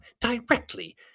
directly